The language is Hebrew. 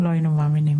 לא היינו מאמינים.